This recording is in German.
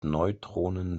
neutronen